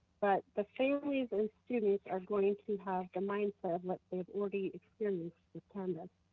but the families and students are going to have the mindset of what they've already experienced with canvas.